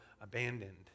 abandoned